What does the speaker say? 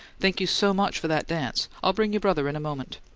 thank you so much for that dance. i'll bring your brother in a moment.